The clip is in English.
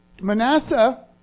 Manasseh